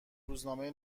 روزنامه